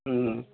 ம்